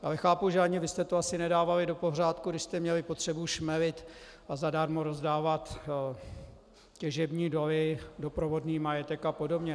Ale chápu, že ani vy jste to asi nedávali do pořádku, když jste měli potřebu šmelit a zadarmo rozdávat těžební doly, doprovodný majetek apod.